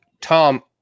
Tom